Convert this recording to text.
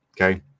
Okay